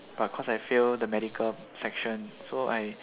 but cause I fail the medical section so I